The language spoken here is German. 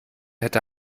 hätte